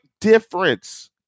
difference